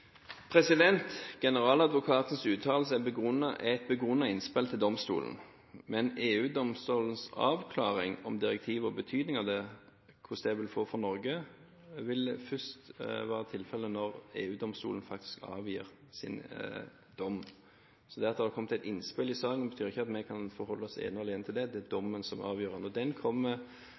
Generaladvokatens uttalelse er et begrunnet innspill til domstolen, men EU-domstolens avklaring om direktivet og hvilken betydning det vil få for Norge, vil først være tilfellet når EU-domstolen faktisk avgir sin dom. Det at det har kommet et innspill i saken, betyr ikke at vi kan forholde oss ene og alene til det. Det er dommen som avgjør, og den